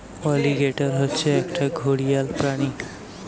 alligator হচ্ছে একটা ঘড়িয়াল প্রাণী